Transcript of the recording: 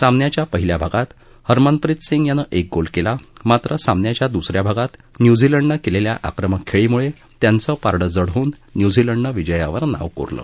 सामन्याच्या पहिल्या भागात हरमनप्रित सिंग यानं एक गोल केला मात्र सामन्यांच्या नंतरच्या भागात न्यूझिलंडनं केलेल्या आक्रमक खेळीमुळे त्यांचं पारडं जड होऊन न्यूझिलंडनं विजयावर नाव कोरलं